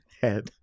head